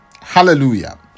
Hallelujah